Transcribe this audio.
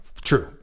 true